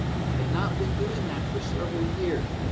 it had not been doing that for several years.